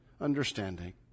understanding